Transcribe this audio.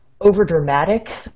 overdramatic